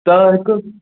त हिकु